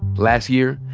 last year,